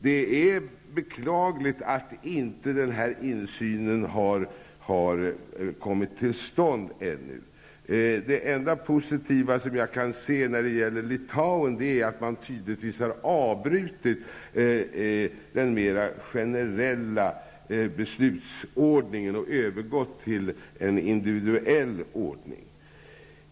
Det är beklagligt att denna insyn ännu inte har kommit till stånd. Det enda positiva jag kan se när det gäller Litauen är att man tydligen har avbrutit den mera generella beslutsordningen och övergått till en individuell ordning.